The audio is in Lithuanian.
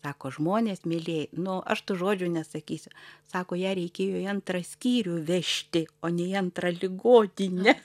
sako žmonės mylieji nu aš tų žodžių nesakysiu sako ją reikėjo į antrą skyrių vežti o nei antrą ligoninę